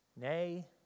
nay